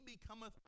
becometh